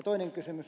toinen kysymys